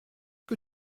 que